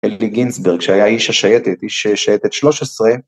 אלוי גינסברג שהיה איש השייטת, איש שייטת 13